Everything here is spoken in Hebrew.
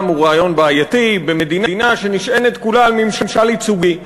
הוא רעיון בעייתי במדינה שנשענת כולה על ממשל ייצוגי.